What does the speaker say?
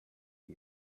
wie